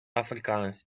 afrikaans